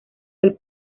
del